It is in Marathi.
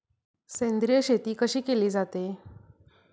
सेंद्रिय शेती कशी केली जाते?